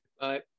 Bye